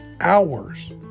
hours